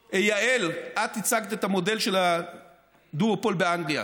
יעל, את הצגת את המודל של הדואופול באנגליה.